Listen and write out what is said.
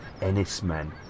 Ennismen